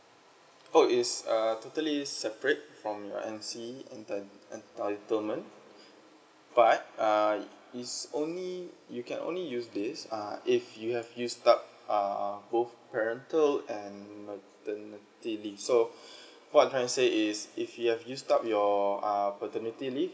oh is err totally separate from your M_C entitle entitlement but err is only you can only use this uh if you have used up err both parental and maternity leave so what I'm trying to say is if you have used up your uh paternity leave